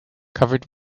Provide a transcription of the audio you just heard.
covered